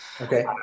okay